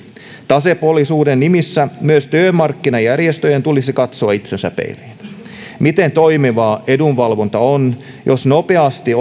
tasapuolisuuden nimissä myös työmarkkinajärjestöjen tulisi katsoa itseänsä peilistä miten toimivaa edunvalvonta on jos nopeasti